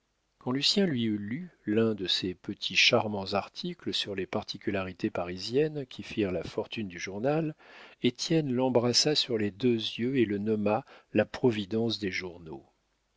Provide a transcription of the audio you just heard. quand lucien lui eut lu l'un de ces petits charmants articles sur les particularités parisiennes qui firent la fortune du journal étienne l'embrassa sur les deux yeux et le nomma la providence des journaux